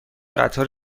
قطار